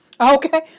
Okay